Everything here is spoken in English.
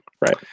Right